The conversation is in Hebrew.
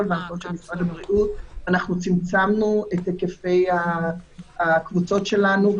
והנחיות של משרד הבריאות וצמצמנו את היקפי הקבוצות שלנו,